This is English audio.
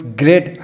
great